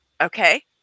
Okay